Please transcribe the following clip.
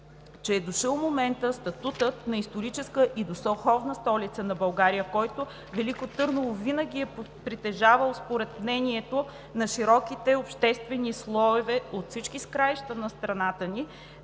че е дошъл моментът статутът на историческа и духовна столица на България, който Велико Търново винаги е притежавал според мнението на широките обществени слоеве от всички краища на страната ни,